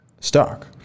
stock